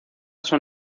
son